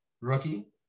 Rookie